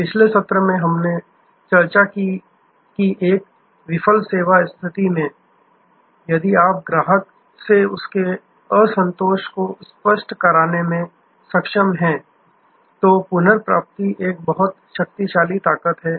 पिछले सत्र में हमने चर्चा की कि एक विफल सेवा स्थिति में यदि आप ग्राहक से उनके असंतोष को स्पष्ट कराने में सक्षम हैं तो पुनर्प्राप्ति एक बहुत शक्तिशाली ताकत है